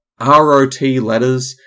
rotletters